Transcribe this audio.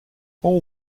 all